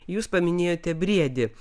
jūs paminėjote briedį